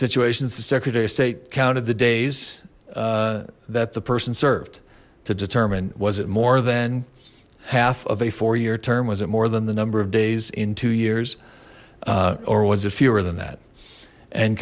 situations the secretary of state counted the days that the person served to determine was it more than half of a four year term was it more than the number of days in two years or was it fewer than that and